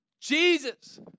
Jesus